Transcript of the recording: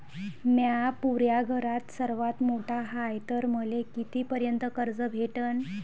म्या पुऱ्या घरात सर्वांत मोठा हाय तर मले किती पर्यंत कर्ज भेटन?